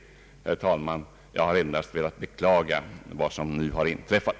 Herr talman! Jag har endast velat beklaga vad som nu har inträffat.